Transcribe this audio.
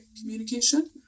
communication